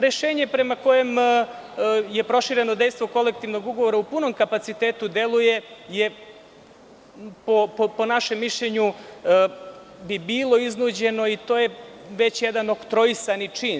Rešenje prema kojem je prošireno dejstvo kolektivnog ugovora u punom kapacitetu deluje, po našem mišljenjubi bilo iznuđeno i to je već jedan oktroisani čin.